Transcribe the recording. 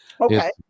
Okay